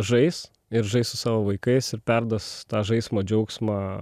žais ir žais su savo vaikais ir perduos tą žaismo džiaugsmą